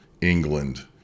England